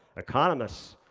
economists,